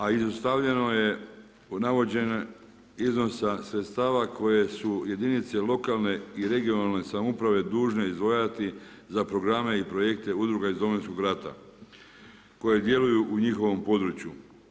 A izostavljano je navođenje iznosa sredstava koje su jedinice lokalne i regionalne samouprave dužne izdvajati za programe i projekte udruge iz Domovinskog rata, koje djeluju u njihovom području.